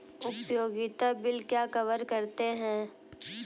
उपयोगिता बिल क्या कवर करते हैं?